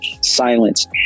silence